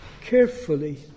carefully